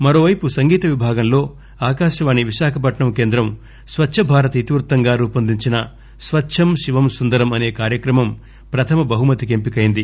మరోపైపు సంగీత విభాగం లో ఆకాశవాణి విశాఖపట్నం కేంద్రం స్వచ్చ భారత్ ఇతివృత్తంగా రూపొందించిన స్వచ్చం శివం సుందరం అసే కార్యక్రమం ప్రథమ బహుమతికి ఎంపికయింది